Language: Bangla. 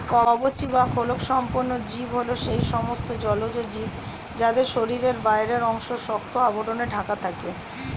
কবচী বা খোলকসম্পন্ন জীব হল সেই সমস্ত জলজ জীব যাদের শরীরের বাইরের অংশ শক্ত আবরণে ঢাকা থাকে